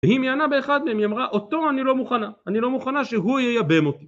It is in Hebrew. והיא מיאנה באחד מהם, היא אמרה אותו אני לא מוכנה, אני לא מוכנה שהוא ייבם אותי